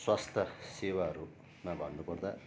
स्वास्थ्य सेवाहरूमा भन्नुपर्दा